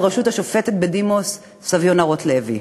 בראשות השופטת בדימוס סביונה רוטלוי.